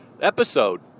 episode